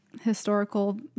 historical